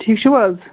ٹھیٖک چھِو حظ